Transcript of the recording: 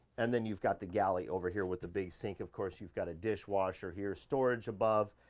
and then you've got the galley over here with the big sink. of course you've got a dishwasher here, storage above.